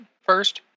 First